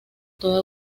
toda